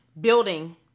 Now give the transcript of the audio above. building